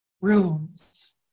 rooms